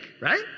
right